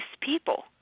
people